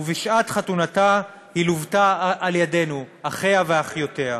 ובשעת חתונתה היא לוותה על-ידינו, אחיה ואחיותיה.